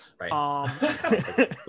right